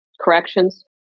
corrections